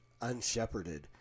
unshepherded